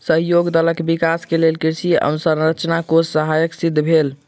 सहयोग दलक विकास के लेल कृषि अवसंरचना कोष सहायक सिद्ध भेल